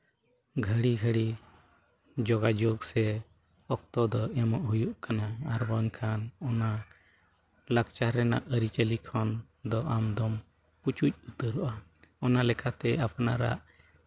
ᱜᱷᱟᱹᱲᱤ ᱜᱷᱟᱹᱲᱤ ᱡᱳᱜᱟᱡᱳᱜᱽ ᱥᱮ ᱚᱠᱛᱚ ᱫᱚ ᱮᱢᱚᱜ ᱦᱩᱭᱩᱜ ᱠᱟᱱᱟ ᱟᱨ ᱵᱟᱝᱠᱷᱟᱱ ᱚᱱᱟ ᱞᱟᱠᱪᱟᱨ ᱨᱮᱱᱟᱜ ᱟᱹᱨᱤᱪᱟᱹᱞᱤ ᱠᱷᱚᱱ ᱫᱚ ᱟᱢᱫᱚᱢ ᱯᱩᱪᱩᱜ ᱩᱛᱟᱹᱨᱚᱜᱼᱟ ᱚᱱᱟ ᱞᱮᱠᱟᱛᱮ ᱟᱯᱱᱟᱨᱟᱜ